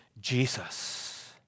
Jesus